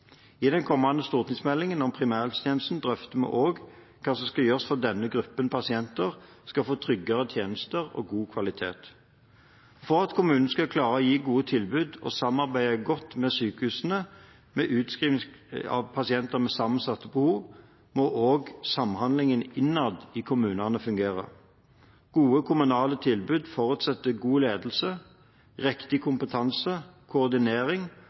I den kommende stortingsmeldingen om primærhelsetjenesten drøfter vi også hva som skal gjøres for at denne gruppen pasienter skal få tryggere tjenester av god kvalitet. For at kommunene skal klare å gi gode tilbud og samarbeide godt med sykehusene ved utskrivning av pasienter med sammensatte behov, må også samhandlingen innad i kommunene fungere. Gode kommunale tilbud forutsetter god ledelse, riktig kompetanse, koordinering